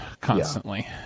constantly